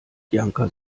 janka